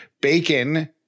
Bacon